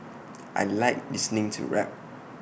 I Like listening to rap